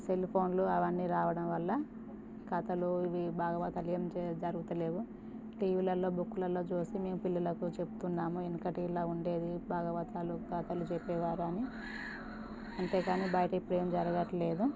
సెల్ఫోన్లు అవన్నీ రావడం వల్ల కథలు ఇవి భాగవతాలు ఏం జరుగుతలేవు టీవీలల్లో బుక్కులల్లో చూసి మేము పిల్లలకు చెప్తున్నాము ఎనికటిలా ఉండేది భాగవతాలు కథలు చెప్పేవారని అంతే గానీ బయటిప్పుడు ఏం జరగట్లేదు